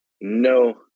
No